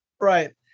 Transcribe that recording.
Right